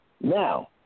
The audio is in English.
now